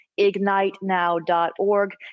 Ignitenow.org